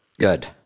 Good